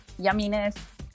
yumminess